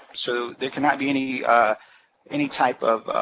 so there can not be any any type of